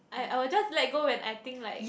I I will just let go when I think like